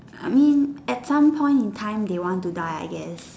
I mean at some point in time they want to die I guess